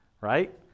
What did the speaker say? Right